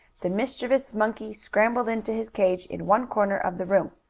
the mischievous monkey scrambled into his cage in one corner of the room.